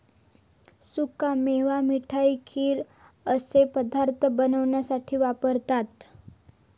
सुका मेवा मिठाई, खीर अश्ये पदार्थ बनवण्यासाठी वापरतत